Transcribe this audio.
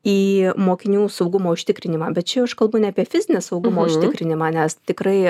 į mokinių saugumo užtikrinimą bet čia aš kalbu ne apie fizinį saugumo užtikrinimą nes tikrai